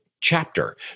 chapter